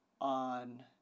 on